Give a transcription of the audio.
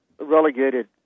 relegated